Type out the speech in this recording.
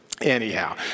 anyhow